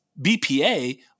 bpa